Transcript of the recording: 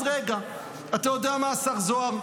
אז רגע, אתה יודע מה, השר זוהר?